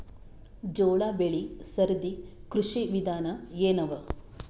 ಜೋಳ ಬೆಳಿ ಸರದಿ ಕೃಷಿ ವಿಧಾನ ಎನವ?